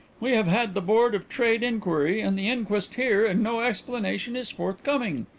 we have had the board of trade inquiry and the inquest here and no explanation is forthcoming.